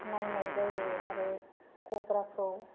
नायनाय जायो आरो गग्राखौ